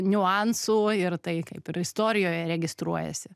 niuansų ir tai kaip ir istorijoje registruojasi